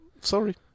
sorry